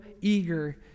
eager